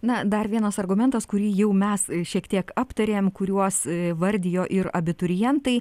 na dar vienas argumentas kurį jau mes šiek tiek aptarėm kuriuos įvardijo ir abiturientai